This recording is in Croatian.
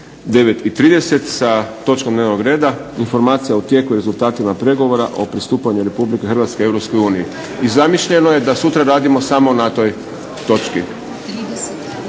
9,30 sa točkom dnevnog reda Informacija o tijeku i rezultatima pregovora o pristupanju Republike Hrvatske Europskoj uniji. I zamišljeno je da sutra radimo samo na toj točki.